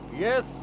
Yes